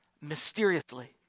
mysteriously